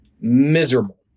miserable